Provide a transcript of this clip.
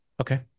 Okay